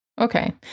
Okay